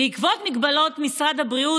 בעקבות מגבלות משרד הבריאות,